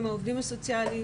שהם העובדים הסוציאליים,